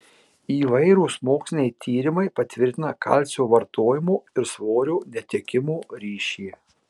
įvairūs moksliniai tyrimai patvirtina kalcio vartojimo ir svorio netekimo ryšį